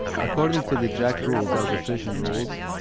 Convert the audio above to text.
according to the jac rules, arbitration rules,